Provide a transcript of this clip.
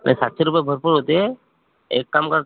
नाही सातशे रुपये भरपूर होते एक काम कर